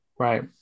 Right